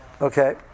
Okay